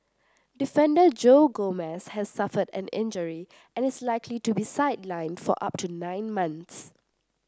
defender Joe Gomez has suffered an injury and is likely to be sidelined for up to nine months